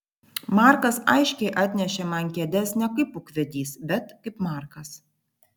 markas aiškiai atnešė man kėdes ne kaip ūkvedys bet kaip markas